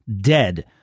dead